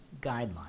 guidelines